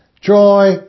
joy